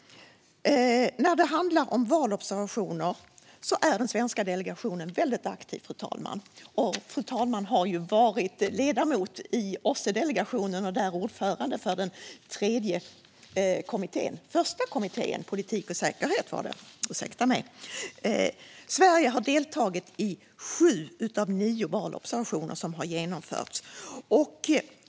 När det handlar om valobservationer är den svenska delegationen väldigt aktiv, fru talman. Fru talmannen har ju varit ledamot i OSSE-delegationen och där ordförande för den första kommittén, politik och säkerhet. Sverige har deltagit i sju av nio valobservationer som har genomförts.